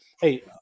Hey